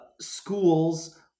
schools